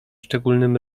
szczególnym